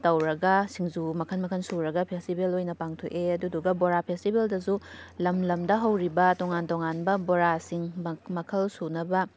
ꯇꯧꯔꯒ ꯁꯤꯡꯖꯨ ꯃꯈꯜ ꯃꯈꯜ ꯁꯨꯔꯒ ꯐꯦꯁꯇꯤꯕꯦꯜ ꯑꯣꯏꯅ ꯄꯥꯡꯊꯣꯛꯑꯦ ꯑꯗꯨꯗꯨꯒ ꯕꯣꯔꯥ ꯐꯦꯁꯇꯤꯕꯦꯜꯗꯁꯨ ꯂꯝ ꯂꯝꯗ ꯍꯧꯔꯤꯕ ꯇꯣꯉꯥꯟ ꯇꯣꯉꯥꯟꯕ ꯕꯣꯔꯥꯥꯁꯤꯡ ꯃꯈꯜ ꯁꯨꯅꯕ